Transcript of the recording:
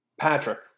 patrick